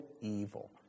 evil